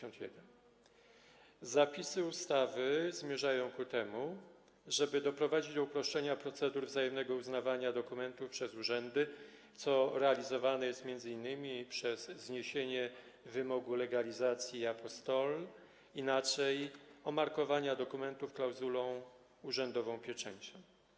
Zapisy ustawy zmierzają ku temu, żeby doprowadzić do uproszczenia procedur wzajemnego uznawania dokumentów przez urzędy, co realizowane jest m.in. przez zniesienie wymogu legalizacji i apostille, inaczej, omarkowania dokumentów klauzulą, urzędową pieczęcią.